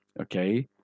Okay